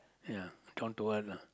ya one to one lah